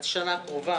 בחצי השנה הקרובה,